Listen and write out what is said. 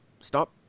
stop